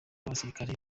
basirikare